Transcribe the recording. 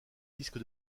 disque